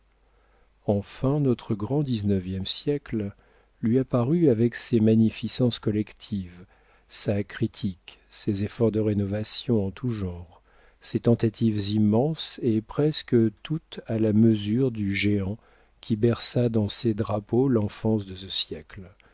enfin notre grand dix-neuvième siècle lui apparut avec ses magnificences collectives sa critique ses efforts de rénovation en tout genre ses tentatives immenses et presque toutes à la mesure du géant qui berça dans ses drapeaux l'enfance de ce siècle